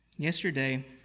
Yesterday